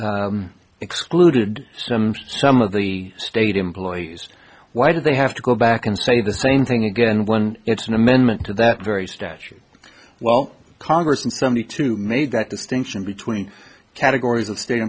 excluded some of the state employees why did they have to go back and say the same thing again when it's an amendment to that very statute well congress and somebody to made that distinction between categories of state